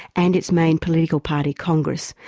and its main political party, congress,